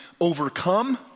overcome